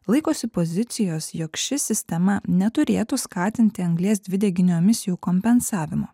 laikosi pozicijos jog ši sistema neturėtų skatinti anglies dvideginio emisijų kompensavimo